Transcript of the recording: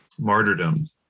martyrdom